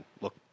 look